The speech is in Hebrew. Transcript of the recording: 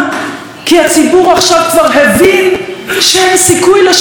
כי הציבור עכשיו כבר הבין שאין סיכוי לשלום.